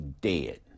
dead